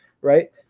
right